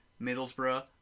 Middlesbrough